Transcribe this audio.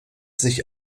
sich